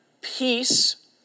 peace